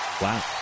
Wow